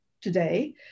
today